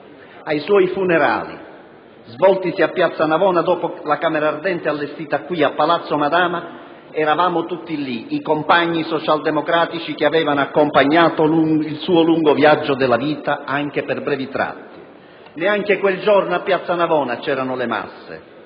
Ai suoi funerali, svoltisi a piazza Navona, dopo la camera ardente allestita qui a Palazzo Madama, eravamo tutti lì, i compagni socialdemocratici che lo avevano accompagnato nel suo lungo viaggio della vita anche per brevi tratti. Neanche quel giorno a piazza Navona c'erano le masse,